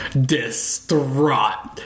distraught